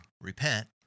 repent